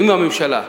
עם הממשלה,